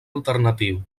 alternatiu